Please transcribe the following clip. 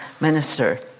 minister